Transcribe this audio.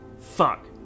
Fuck